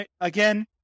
again